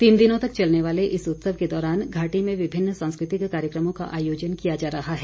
तीन दिनों तक चलने वाले इस उत्सव के दौरान घाटी में विभिन्न सांस्कृतिक कार्यक्रमों का आयोजन किया जा रहा है